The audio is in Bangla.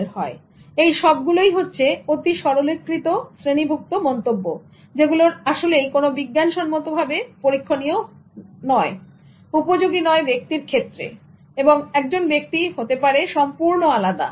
এখন এই সবগুলোই অতি সরলীকৃত শ্রেণীভূক্ত মন্তব্য যেগুলো আসলেই বিজ্ঞানসম্মতভাবে পরীক্ষণীয় নয় উপযোগী নয় ব্যক্তির ক্ষেত্রে এবং একজন ব্যক্তি হতে পারে সম্পূর্ণ আলাদা